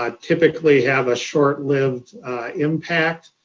ah typically have a short-lived impact.